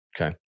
Okay